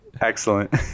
Excellent